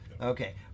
Okay